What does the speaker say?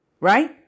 right